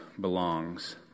belongs